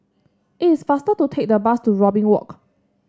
it is faster to take the bus to Robin Walk